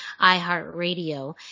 iHeartRadio